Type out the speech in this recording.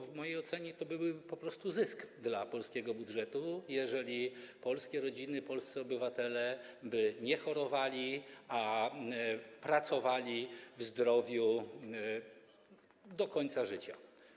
W mojej ocenie to byłby po prostu zysk dla polskiego budżetu, jeżeli polskie rodziny, polscy obywatele by nie chorowali, a pracowali w zdrowiu do końca życia.